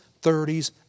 30s